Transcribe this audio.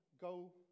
go